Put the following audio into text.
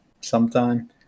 sometime